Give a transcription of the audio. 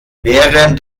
während